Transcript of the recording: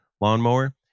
lawnmower